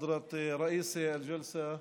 (אומר בערבית: ברשות יושב-ראש הישיבה,